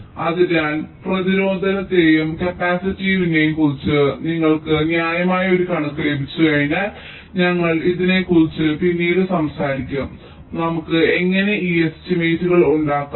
അതിനാൽ പ്രതിരോധത്തെയും കപ്പാസിറ്റൻസിനെയും കുറിച്ച് ഞങ്ങൾക്ക് ന്യായമായ ഒരു കണക്ക് ലഭിച്ചുകഴിഞ്ഞാൽ ഞങ്ങൾ ഇതിനെക്കുറിച്ച് പിന്നീട് സംസാരിക്കും നമുക്ക് എങ്ങനെ ഈ എസ്റ്റിമേറ്റുകൾ ഉണ്ടാക്കാം